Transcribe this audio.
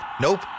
Nope